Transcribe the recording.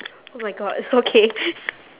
oh my god okay